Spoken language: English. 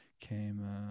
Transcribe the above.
Came